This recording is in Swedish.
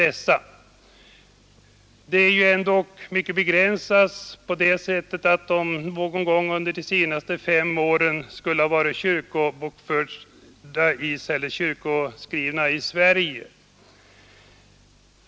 Möjligheten är dock mycket begränsad på det sättet att man någon gång under de senaste fem åren skall ha varit kyrkobokförd i Sverige.